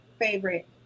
favorite